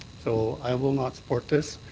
so, i will not support this.